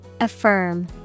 Affirm